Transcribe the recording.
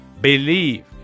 Believe